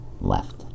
left